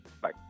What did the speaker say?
Bye